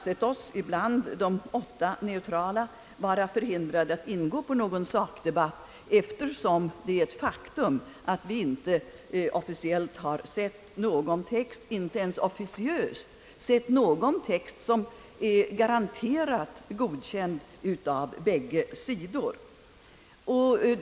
De åtta neutrala har allmänt ansett sig vara förhindrade att ingå på någon sakdebatt, eftersom det är ett faktum att vi inte officiellt och inte ens officiöst har sett någon text, som är garanterat godkänd av båda sidor.